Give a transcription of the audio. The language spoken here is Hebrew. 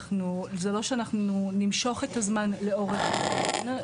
זה לא שאנחנו נמשוך את הזמן לאורך זמן.